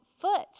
foot